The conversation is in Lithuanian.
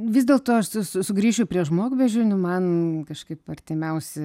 vis dėlto aš su sugrįšiu prie žmogbeždžionių man kažkaip artimiausi